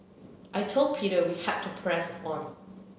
I told Peter we had to press on